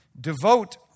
devote